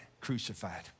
Crucified